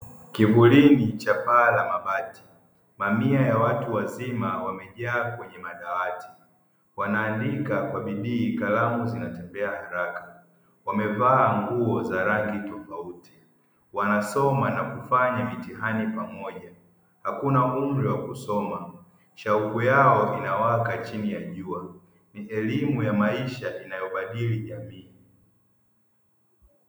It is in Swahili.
Kivulini cha paa la mabati, mamia ya watu wazima wamejaa kwenye madawati, wanaandika kwa bidii, kalamu zinatembea haraka, wamevaa nguo za rangi tofauti, wanasoma na kufanya mitihani pamoja, hakuna umri wa kusoma, shauku yao inawaka chini ya jua; ni elimu ya maisha inayobadili jamii.